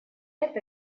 это